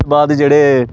बाद जेह्ड़े